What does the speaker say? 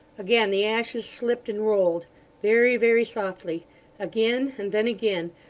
again the ashes slipped and rolled very, very softly again and then again,